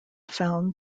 found